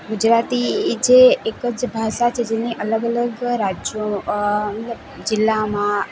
ગુજરાતી એ જે એક જ ભાષા છે જેની અલગ અલગ રાજ્યો જિલ્લામાં